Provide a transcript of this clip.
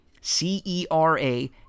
C-E-R-A